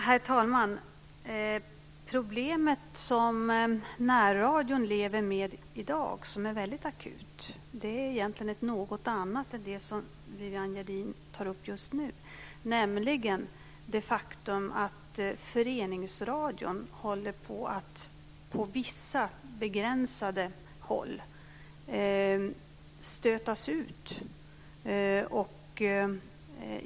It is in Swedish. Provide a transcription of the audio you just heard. Herr talman! Problemet som närradion lever med i dag och som är väldigt akut är något annat än det som Viviann Gerdin tar upp just nu. Det är det faktum att föreningsradion på vissa begränsade ställen håller på att stötas ut.